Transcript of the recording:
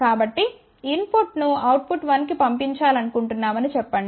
కాబట్టిఇన్ పుట్ ను output 1 కు పంపించాలనుకుంటున్నామని చెప్పండి